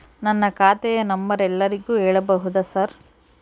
ನನ್ನ ಖಾತೆಯ ನಂಬರ್ ಎಲ್ಲರಿಗೂ ಹೇಳಬಹುದಾ ಸರ್?